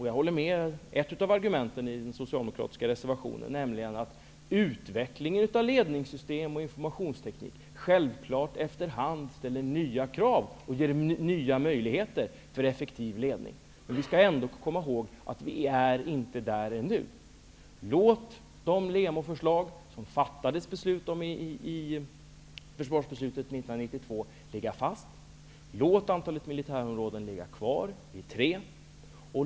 Jag instämmer i ett av argumenten i den socialdemokratiska reservationen, nämligen att utvecklingen av ledningssystem och informationsteknik självklart efter hand ställer nya krav och ger nya möjligheter för effektiv ledning. Men vi skall komma ihåg att vi inte är där ännu. Låt de LEMO-förslag som det fattades beslut om i försvarsbeslutet 1992 ligga fast. Låt antalet militärområden ligga kvar på tre.